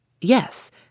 Yes